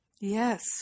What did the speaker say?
Yes